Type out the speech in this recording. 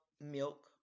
milk